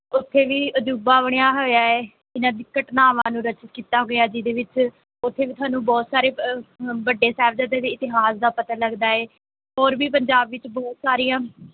ਉੱਥੇ ਵੀ ਅਜੂਬਾ ਬਣਿਆ ਹੋਇਆ ਹੈ ਇਹਨਾਂ ਦੀ ਘਟਨਾਵਾਂ ਨੂੰ ਰਚਿਤ ਕੀਤਾ ਹੋਇਆ ਜਿਹਦੇ ਵਿੱਚ ਉੱਥੇ ਵੀ ਤੁਹਾਨੂੰ ਬਹੁਤ ਸਾਰੇ ਬ ਵੱਡੇ ਸਾਹਿਬਜ਼ਾਦਿਆਂ ਦੇ ਇਤਿਹਾਸ ਦਾ ਪਤਾ ਲੱਗਦਾ ਹੈ ਹੋਰ ਵੀ ਪੰਜਾਬ ਵਿੱਚ ਬਹੁਤ ਸਾਰੀਆਂ